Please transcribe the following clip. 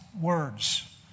words